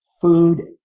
food